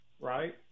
right